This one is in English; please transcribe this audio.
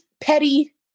petty